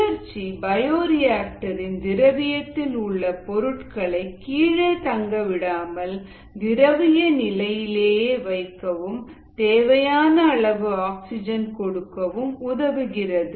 கிளர்ச்சி பயோரிஆக்டர் இன் திரவியத்தில் உள்ள பொருட்களை கீழே தங்க விடாமல் திரவிய நிலையிலேயே வைக்கவும் தேவையான அளவு ஆக்சிஜன் கொடுக்கவும் உதவுகிறது